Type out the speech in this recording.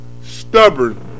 stubborn